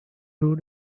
two